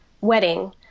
wedding